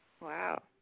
Wow